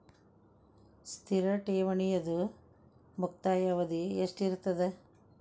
ಸ್ಥಿರ ಠೇವಣಿದು ಮುಕ್ತಾಯ ಅವಧಿ ಎಷ್ಟಿರತದ?